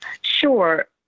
Sure